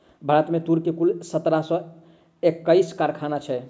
भारत में तूर के कुल सत्रह सौ एक्कैस कारखाना छै